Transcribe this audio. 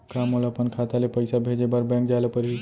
का मोला अपन खाता ले पइसा भेजे बर बैंक जाय ल परही?